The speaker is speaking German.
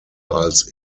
als